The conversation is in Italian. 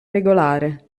regolare